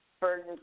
burden